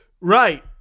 Right